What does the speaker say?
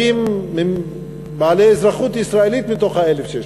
הערבים בעלי אזרחות ישראלית מתוך ה-1,600.